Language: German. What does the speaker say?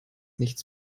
nichts